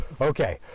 okay